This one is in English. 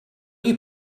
you